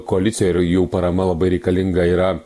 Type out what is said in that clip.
koalicija ir jų parama labai reikalinga yra